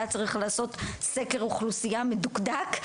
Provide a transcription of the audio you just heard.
היה צריך לעשות סקר אוכלוסייה מדוקדק,